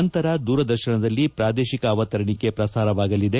ನಂತರ ದೂರದರ್ಶನದಲ್ಲಿ ಪ್ರಾದೇಶಿಕ ಅವತರಣಿಕೆ ಪ್ರಸಾರವಾಗಲಿದೆ